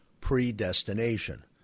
predestination